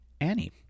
Annie